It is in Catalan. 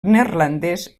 neerlandès